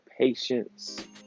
patience